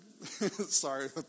sorry